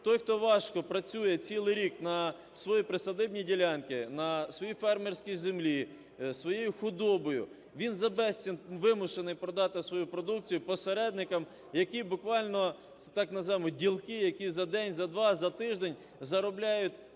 той, хто важко працює цілий рік на своїй присадибній ділянці, на своїй фермерській землі зі своєю худобою, він за безцінь вимушений продати свою продукцію посередникам, які буквально, так называемые ділки, які за день, за два, за тиждень заробляють